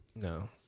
No